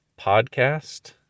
podcast